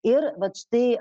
ir vat štai